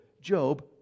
Job